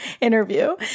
interview